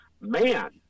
man